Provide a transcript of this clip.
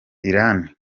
irani